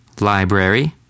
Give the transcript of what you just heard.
library